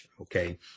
Okay